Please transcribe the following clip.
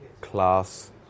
class